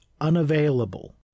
unavailable